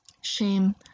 Shame